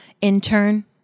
intern